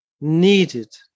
needed